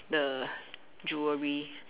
the jewellery